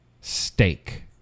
Steak